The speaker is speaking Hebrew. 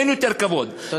אין יותר כבוד, תודה.